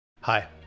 Hi